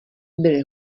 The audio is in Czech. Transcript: byly